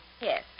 Yes